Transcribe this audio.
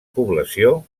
població